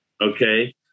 Okay